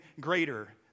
greater